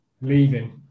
leaving